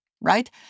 right